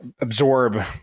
absorb